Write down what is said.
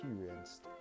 experienced